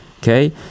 Okay